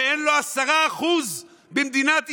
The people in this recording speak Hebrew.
שאין לו 10% במדינת ישראל,